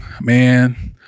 man